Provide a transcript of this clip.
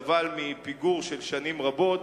שנושא הבטיחות בתעופה סבל מפיגור של שנים רבות.